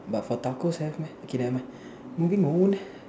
but for tacos have meh okay never mind moving on